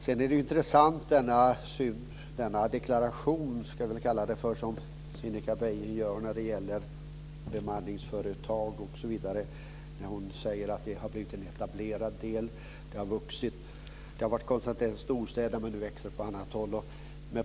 Det är intressant med den deklaration som Cinnika Beiming gör när det gäller bemanningsföretag osv. Hon säger att det har blivit en etablerad del, det har vuxit, det har varit koncentrerat till storstäderna men växer nu på annat håll.